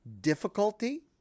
difficulty